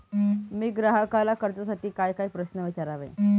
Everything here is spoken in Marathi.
मी ग्राहकाला कर्जासाठी कायकाय प्रश्न विचारावे?